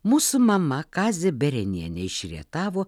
mūsų mama kazė berenienė iš rietavo